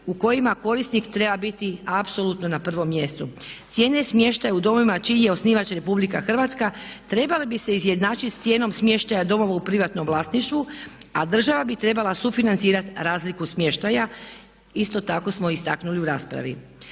u kojima korisnik treba biti apsolutno na prvom mjestu. Cijene smještaja u domovima čiji je osnivač Republika Hrvatska trebale bi se izjednačiti sa cijenom smještaja domova u privatnom vlasništvu, a država bi trebala sufinancirati razliku smještaja, isto tako smo istaknuli u raspravi.